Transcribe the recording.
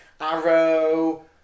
arrow